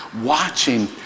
watching